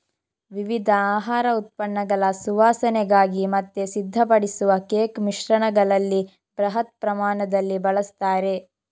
ವಿವಿಧ ಆಹಾರ ಉತ್ಪನ್ನಗಳ ಸುವಾಸನೆಗಾಗಿ ಮತ್ತೆ ಸಿದ್ಧಪಡಿಸಿದ ಕೇಕ್ ಮಿಶ್ರಣಗಳಲ್ಲಿ ಬೃಹತ್ ಪ್ರಮಾಣದಲ್ಲಿ ಬಳಸ್ತಾರೆ